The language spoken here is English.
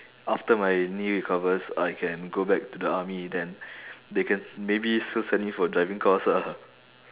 after my knee recovers I can go back to the army then they can maybe still send me for driving course ah